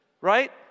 right